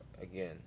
Again